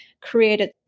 created